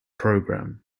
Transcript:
program